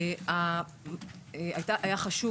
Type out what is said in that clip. היה חשוב